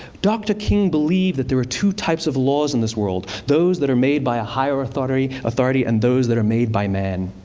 dr. king believed that there are two types of laws in this world those that are made by a higher authority authority and those that are made by men.